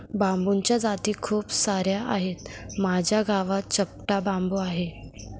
बांबूच्या जाती खूप सार्या आहेत, माझ्या गावात चपटा बांबू आहे